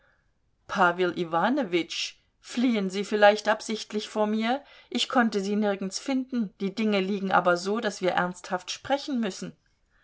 pawel iwanowitsch fliehen sie vielleicht absichtlich vor mir ich konnte sie nirgends finden die dinge liegen aber so daß wir ernsthaft sprechen müssen